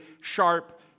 sharp